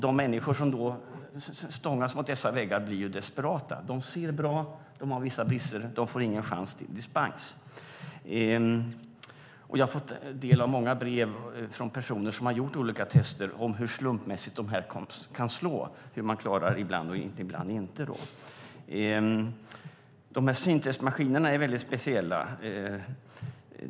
De människor som här stångas mot vägg blir desperata. De ser bra, de har vissa brister i synen, men de får ingen chans till dispens. Jag har fått ta del av många brev från personer som gjort olika tester och berättar om hur slumpmässigt testresultaten kan slå. Ibland klarar man, ibland inte. Syntestmaskinerna är väldigt speciella.